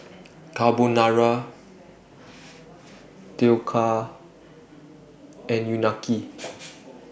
Carbonara Dhokla and Unagi